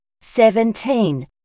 seventeen